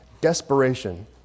desperation